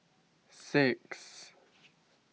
six